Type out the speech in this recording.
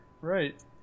right